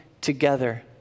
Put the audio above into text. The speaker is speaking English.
together